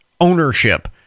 ownership